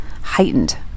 heightened